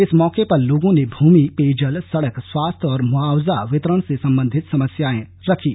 इस मौके पर लोगों ने भूमि पेयजल सड़क स्वास्थ्य और मुआवजा वितरण से संबंधित समस्यांए रखीं